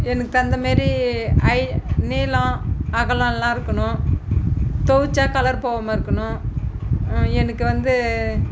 எனக்கு தகுந்த மாரி ஹை நீளம் அகலம் எல்லாம் இருக்கணும் தொவைச்சா கலர் போகாம இருக்கணும் எனக்கு வந்து